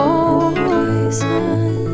poison